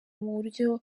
muburyo